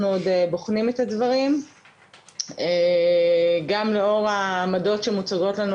אנחנו עוד בוחנים את הדברים גם לאור העמדות שמוצגות לנו